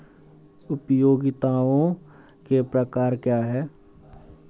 उपयोगिताओं के प्रकार क्या हैं?